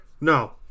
no